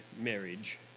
marriage